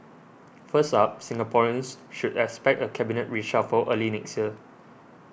first up Singaporeans should expect a Cabinet reshuffle early next year